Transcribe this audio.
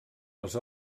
les